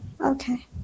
okay